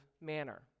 manner